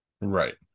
Right